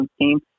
team